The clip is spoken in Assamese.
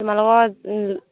তোমালোকৰ